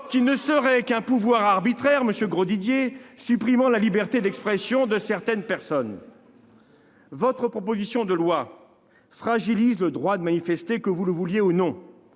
qui ne serait qu'un pouvoir arbitraire, monsieur Grosdidier, supprimant ainsi la liberté d'expression de certaines personnes. Votre proposition de loi fragilise le droit de manifester, que vous le vouliez ou non.